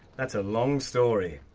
that's a long story.